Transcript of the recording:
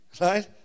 right